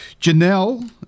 Janelle